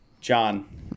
John